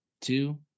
two